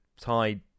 tie